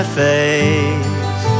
face